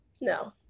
no